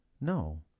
No